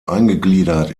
eingegliedert